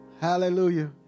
hallelujah